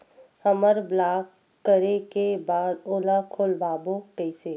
हमर ब्लॉक करे के बाद ओला खोलवाबो कइसे?